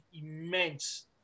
immense